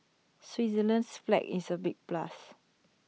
Switzerland's flag is A big plus